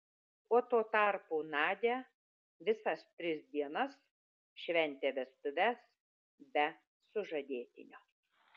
o tuo tarpu nadia visas tris dienas šventė vestuves be sužadėtinio